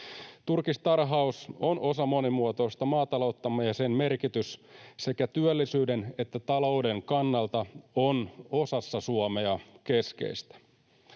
Turkistarhaus on osa monimuotoista maatalouttamme, ja sen merkitys sekä työllisyyden että talouden kannalta on osassa Suomea keskeistä.